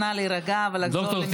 אז נא להירגע ולחזור למקומכם.